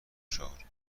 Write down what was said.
چهار